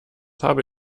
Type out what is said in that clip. habe